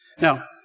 Now